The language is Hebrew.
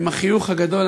עם החיוך הגדול.